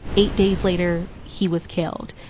eight days later, he was killed.